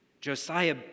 Josiah